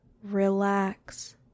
Relax